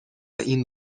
این